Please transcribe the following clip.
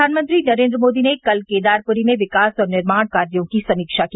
प्रधानमंत्री नरेन्द्र मोदी ने कल केदारपूरी में विकास और निर्माण कार्यो की समीक्षा की